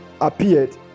appeared